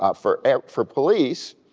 ah for for police,